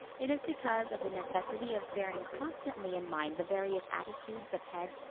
it is because of the necessity of bearing constantly in mind the various attitudes of head,